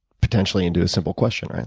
potentially, into a simple question,